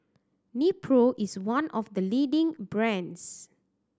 Nepro is one of the leading brands